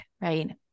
right